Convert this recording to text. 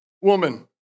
woman